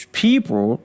people